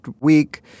week